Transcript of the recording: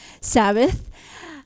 Sabbath